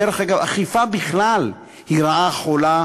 דרך אגב, אכיפה בכלל היא רעה חולה